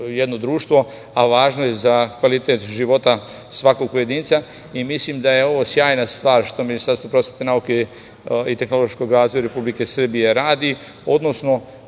jedno društvo, a važno je za kvalitet života svakog pojedinca. Mislim da je ovo sjajna stvar što Ministarstvo prosvete, nauke i tehnološkog razvoja Republike Srbije radi, odnosno